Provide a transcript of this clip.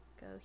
Go